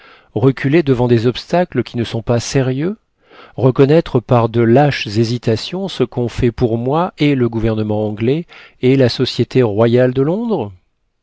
reculer devant des obstacles qui ne sont pas sérieux reconnaître par de lâches hésitations ce qu'ont fait pour moi et le gouvernement anglais et la société royale de londres